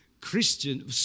Christian